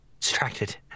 distracted